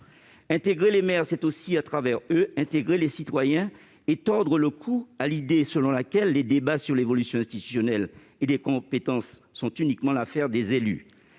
Intégrer les maires, c'est aussi, à travers eux, intégrer les citoyens et tordre le cou à l'idée selon laquelle les débats sur l'évolution institutionnelle et des compétences sont uniquement l'affaire des élus.